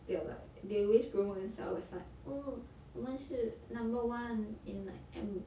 they are like they always promote themselves as like oh 我们是 number one in like em~